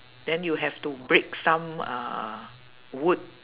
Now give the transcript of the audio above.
then you have to break some uh wood